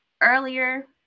earlier